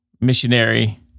missionary